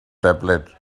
tablet